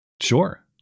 Sure